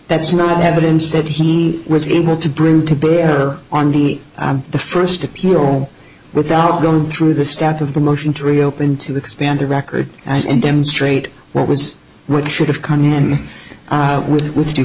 that's not evidence that he was able to bring to bear on the the first appeal without going through the stack of the motion to reopen to expand the record and demonstrate what was what should have come in with with d